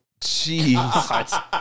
jeez